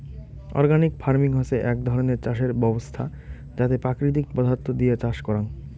organic farming হসে এক ধরণের চাষের ব্যবছস্থা যাতে প্রাকৃতিক পদার্থ দিয়া চাষ করাং